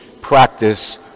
practice